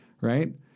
Right